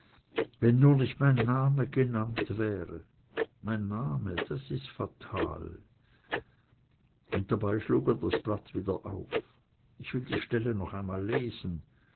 wenn nur nicht mein name genannt wäre mein name das ist fatal und dabei schlug er das blatt wieder auf ich will die stelle noch einmal lesen